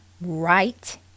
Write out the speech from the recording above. right